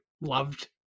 loved